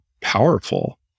powerful